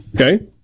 Okay